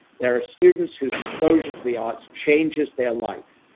there are students whose exposure to the arts changes their life.